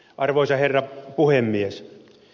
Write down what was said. arvoisa herra puhemies